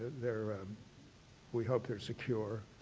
they're we hope they're secure.